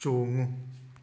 ꯆꯣꯡꯉꯨ